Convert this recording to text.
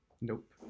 nope